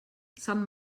san